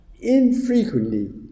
infrequently